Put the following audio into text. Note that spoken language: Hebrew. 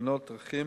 תאונות דרכים